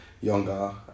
younger